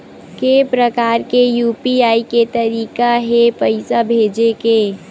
के प्रकार के यू.पी.आई के तरीका हे पईसा भेजे के?